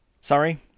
Sorry